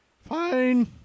Fine